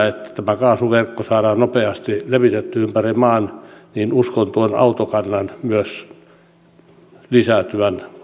että tämä kaasuverkko saadaan nopeasti levitettyä ympäri maan uskon myös tuon autokannan lisääntyvän